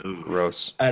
gross